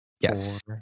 Yes